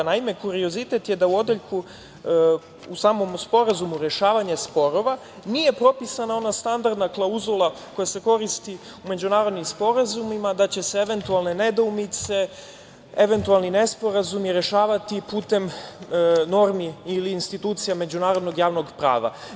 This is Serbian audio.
Naime, kuriozitet je da u samom sporazumu rešavanja sporova nije propisana ona standardna klauzula koja se koristi u međunarodnim sporazumima da će se eventualne nedoumice, eventualni nesporazumi rešavati putem normi ili institucija međunarodnog javnog prava.